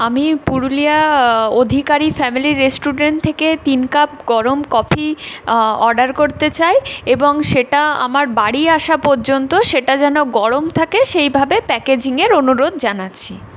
আমি Purulia Adhikari family restaurant থেকে তিন কাপ গরম কফি অর্ডার করতে চাই এবং সেটা আমার বাড়ি আসা পর্যন্ত সেটা যেন গরম থাকে সেইভাবে প্যাকেজিঙের অনুরোধ জানাচ্ছি